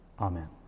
Amen